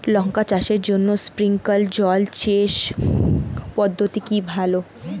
লঙ্কা চাষের জন্য স্প্রিংলার জল সেচ পদ্ধতি কি ভালো?